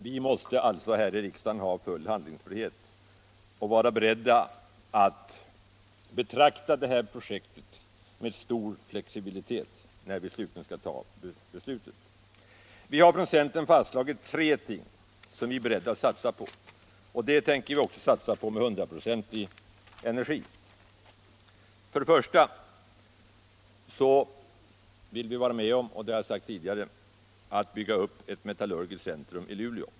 Vi måste alltså här i riksdagen ha full handlingsfrihet och vara beredda att behandla det här projektet med stor flexibilitet när vi slutligen skall fatta beslutet. Vi har inom centern fastslagit tre ting som vi är beredda att satsa på, och dem tänker vi också satsa på med 100-procentig energi. För det första vill vi vara med om att bygga ett metallurgiskt centrum i Luleå.